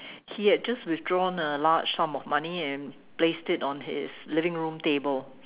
he had just withdrewn a large sum of money and placed it on his living room table